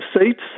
seats